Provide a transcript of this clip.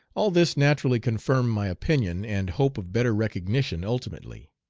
all this naturally confirmed my opinion and hope of better recognition ultimately.